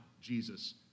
Jesus